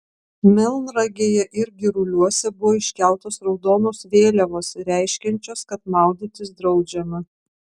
melnragėje ir giruliuose buvo iškeltos raudonos vėliavos reiškiančios kad maudytis draudžiama